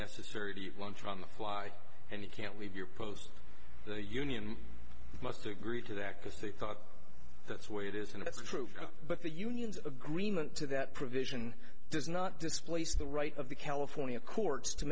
necessary to eat lunch on the fly and you can't leave your post the union must agree to that because they thought that's where it is and that's true but the unions agreement to that provision does not displace the right of the california courts to